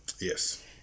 Yes